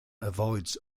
avoids